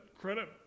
credit –